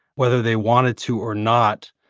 whether they wanted to or not,